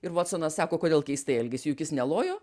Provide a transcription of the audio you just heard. ir votsonas sako kodėl keistai elgėsi juk jis nelojo